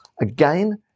again